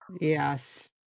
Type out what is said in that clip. yes